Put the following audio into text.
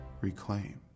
reclaimed